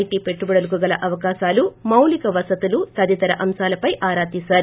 T పెట్టుబడులకు గల అవకాశాలు మౌలిక వసతులు తదితర అంశాలపై ఆరా తీశారు